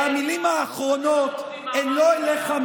והמילים האחרונות הן לא לך,